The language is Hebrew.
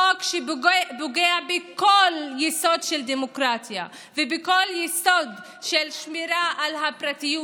חוק שפוגע בכל יסוד של דמוקרטיה ובכל יסוד של שמירה על הפרטיות